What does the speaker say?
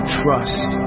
trust